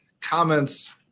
comments